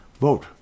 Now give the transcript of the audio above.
vote